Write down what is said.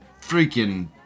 freaking